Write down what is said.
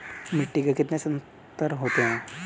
मिट्टी के कितने संस्तर होते हैं?